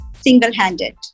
single-handed